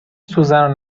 سوزن